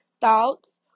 thoughts